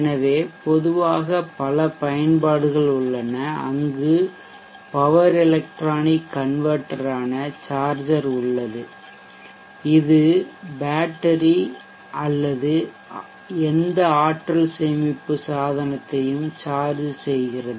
எனவே பொதுவாக பல பயன்பாடுகள் உள்ளன அங்கு பவர் எலெக்ட்ரானிக் கன்வெர்ட்டரான சார்ஜர் உள்ளது இது பேட்டரி அல்லது எந்த ஆற்றல் சேமிப்பு சாதனத்தையும் சார்ஜ் செய்கிறது